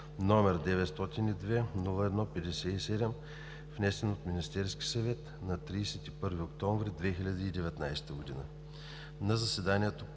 г., № 902-01-57, внесен от Министерския съвет на 31 октомври 2019 г. На заседание